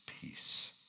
peace